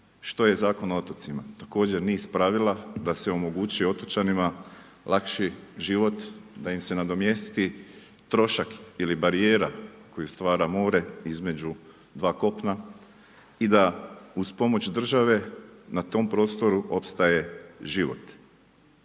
Što je Zakon o otocima? Također niz pravila da se omogući otočanima lakši život, da im se nadomjesti trošak ili barijera koje stvara more između dva kopna i da uz pomoć države na tom prostoru opstaje život.